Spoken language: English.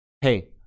hey